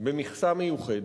במכסה מיוחדת,